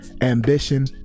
ambition